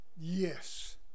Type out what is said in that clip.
Yes